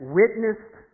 witnessed